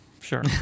Sure